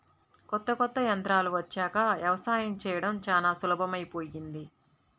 కొత్త కొత్త యంత్రాలు వచ్చాక యవసాయం చేయడం చానా సులభమైపొయ్యింది